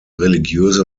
religiöse